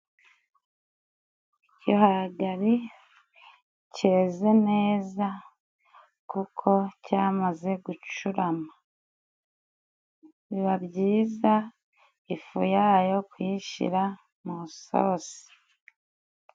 Igihagari cyeze neza kuko cyamaze gucurama. Biba byiza ifu yayo kuyishyira mu sosi.